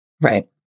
Right